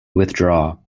withdraw